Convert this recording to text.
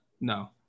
No